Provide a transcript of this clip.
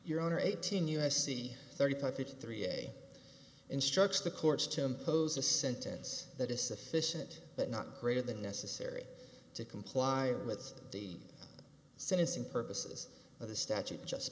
your honor eighteen u s c thirty five fifty three a instructs the courts to impose a sentence that is sufficient but not greater than necessary to comply with the sentencing purposes of the statute just